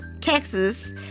Texas